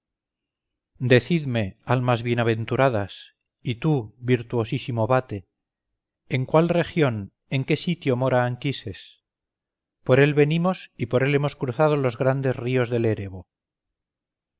la cabeza decidme almas bienaventuradas y tú virtuosísimo vate en cuál región en qué sitio mora anquises por él venimos y por él hemos cruzado los grandes ríos del erebo